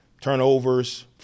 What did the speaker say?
turnovers